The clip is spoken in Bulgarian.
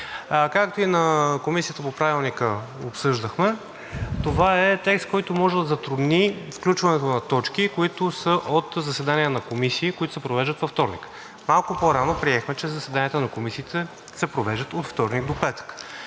Както и на Комисията по Правилника обсъждахме, това е текст, който може да затрудни включването на точки, които са от заседание на комисиите, които се провеждат във вторник. Малко по рано приехме, че заседанията на комисиите се провеждат от вторник до петък.